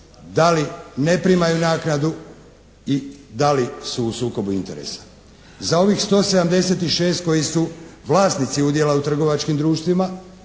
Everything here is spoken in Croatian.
da li ne primaju naknadu i da li su u sukobu interesa. Za ovih 176 koji su vlasnici udjela u trgovačkim društvima